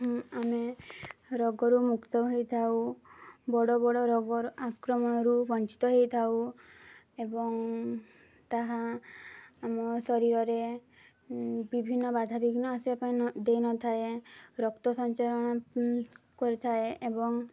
ଆମେ ରୋଗରୁ ମୁକ୍ତ ହୋଇଥାଉ ବଡ଼ ବଡ଼ ରୋଗର ଆକ୍ରମଣରୁ ବଞ୍ଚିତ ହୋଇଥାଉ ଏବଂ ତାହା ଆମ ଶରୀରରେ ବିଭିନ୍ନ ବାଧାବିଘ୍ନ ଆସିବା ପାଇଁ ଦେଇନଥାଏ ରକ୍ତ ସଞ୍ଚାଳନ କରିଥାଏ ଏବଂ